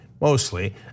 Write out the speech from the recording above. mostly